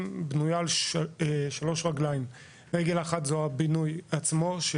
בנוי על שלוש רגליים: רגל אחת הבינוי עצמו.